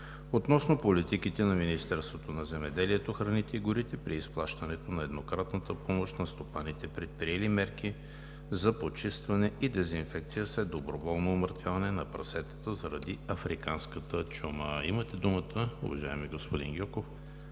относно политиките на Министерството на земеделието, храните и горите при изплащането на еднократната помощ на стопаните, предприели мерки за почистване и дезинфекция след доброволно умъртвяване на прасетата заради африканската чума. Имате думата, уважаеми господин Гьоков,